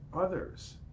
others